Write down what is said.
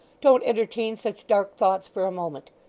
don't entertain such dark thoughts for a moment.